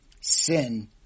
Sin